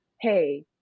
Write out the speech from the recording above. Hey